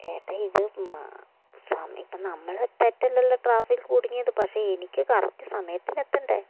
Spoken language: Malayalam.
ഏട്ടാ ഇത് മ സമയമിപ്പോൾ നമ്മൾ തെറ്റല്ലല്ലോ ട്രാഫിക്കില് കുടുങ്ങിയത് പക്ഷേ എനിക്ക് കറക്റ്റ് സമയത്തിന് എത്തേണ്ടെ